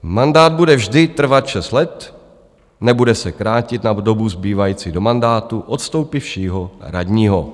Mandát bude vždy trvat šest let, nebude se krátit na dobu zbývající do mandátu odstoupivšího radního.